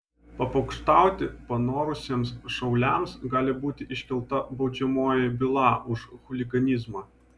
papokštauti panorusiems šauliams gali būti iškelta baudžiamoji byla už chuliganizmą